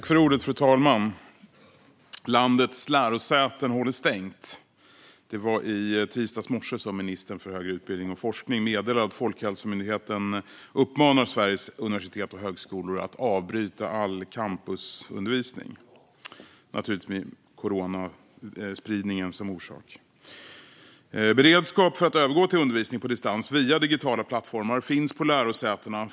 Fru talman! Landets lärosäten håller stängt. Det var i tisdags morse som ministern för högre utbildning och forskning meddelade att Folkhälsomyndigheten uppmanar Sveriges universitet och högskolor att avbryta all campusundervisning med coronaspridningen som orsak. Beredskap för att övergå till undervisning på distans via digitala plattformar finns på lärosätena.